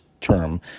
term